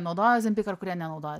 naudoja ozempiką ar kurie nenaudoja